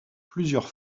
plusieurs